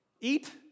eat